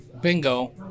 bingo